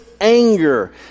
anger